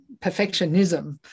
perfectionism